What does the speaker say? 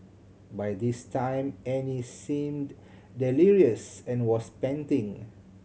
by this time Annie seemed delirious and was panting